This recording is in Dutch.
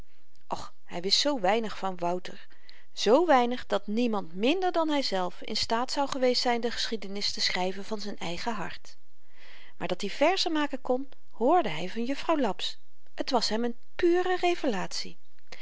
och hy wist zoo weinig van wouter z weinig dat niemand minder dan hyzelf in staat zou geweest zyn de geschiedenis te schryven van z'n eigen hart maar dat-i verzen maken kon hoorde hy van jufvrouw laps t was hem een pure